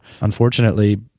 unfortunately